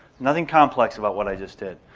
nothing complex about what i just did.